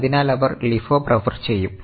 അതിനാൽ അവർ LIFO prefer ചെയ്യും